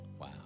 wow